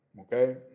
okay